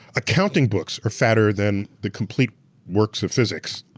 accounting books are fatter than the complete works of physics.